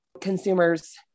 consumers